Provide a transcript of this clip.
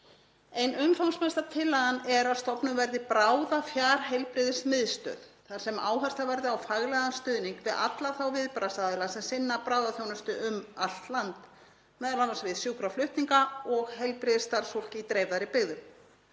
Ein umfangsmesta tillagan er að stofnuð verði bráðafjarheilbrigðismiðstöð þar sem áhersla verði á faglegan stuðning við alla þá viðbragðsaðila sem sinna bráðaþjónustu um allt land, m.a. við sjúkraflutninga og heilbrigðisstarfsfólk í dreifðari byggðum.